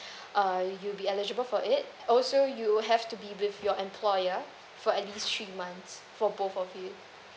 uh you'll be eligible for it also you have to be with your employer for at least three months for both of you